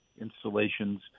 installations